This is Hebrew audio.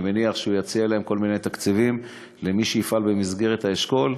אני מניח שהוא יציע להן כל מיני תקציבים למי שיפעל במסגרת האשכול.